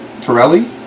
Torelli